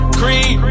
green